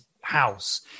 house